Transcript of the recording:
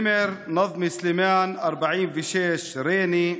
נימר נזמי סלימאן, 46, ריינה,